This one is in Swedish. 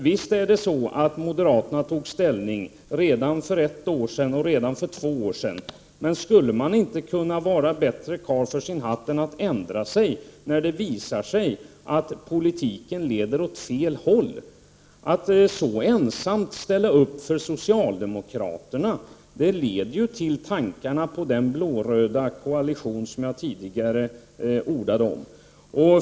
Visst är det så att moderaterna tog ställning redan för ett och för två år sedan, men skulle man inte kunna vara bättre karl för sin hatt än att man ändrar sig när det visar sig att politiken leder åt fel håll? Att moderaterna ensamma ställer upp för socialdemokraterna leder mig till tankarna på den blå-röda koalition som jag tidigare ordade om.